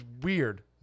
weird